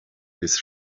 his